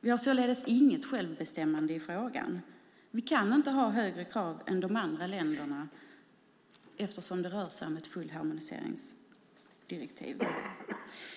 Vi har således inget självbestämmande i frågan - vi kan inte ha högre krav än de andra länderna eftersom det rör sig om ett fullharmoniseringsdirektiv.